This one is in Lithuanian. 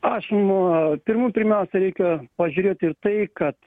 aš nu pirmų pirmiausia reikia pažiūrėti ir tai kad